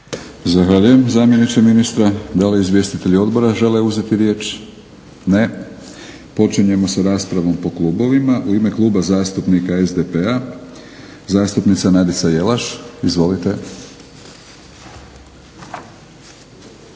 Zahvaljujem zamjeniče ministra. Da li izvjestitelji odbora žele uzeti riječ? Ne. Počinjemo sa raspravom po klubovima. U ime Kluba zastupnika SDP-a zastupnica Nadica Jelaš. Izvolite.